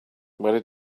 where